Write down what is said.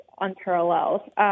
unparalleled